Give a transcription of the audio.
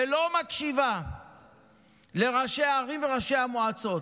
ולא מקשיבה לראשי הערים ולראשי המועצות.